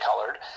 colored